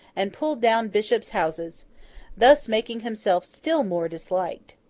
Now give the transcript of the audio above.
and pulled down bishops' houses thus making himself still more disliked.